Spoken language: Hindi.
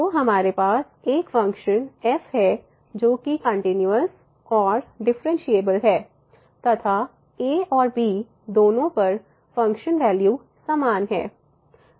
तो हमारे पास एक फंक्शन f है जोकि कंटिन्यूस और डिफरेंशिएबल है तथा a और b दोनों पर फ़ंक्शन वैल्यू समान हैं